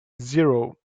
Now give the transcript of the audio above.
zero